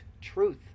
truth